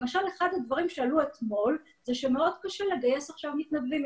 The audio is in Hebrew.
למשל אחד הדברים שעלו אתמול זה שמאוד קשה לגייס עכשיו מתנדבים.